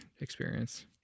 experience